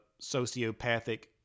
sociopathic